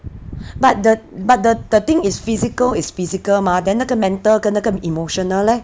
but the but the the thing is physical is physical mah then 那个 mental 那个 emotional leh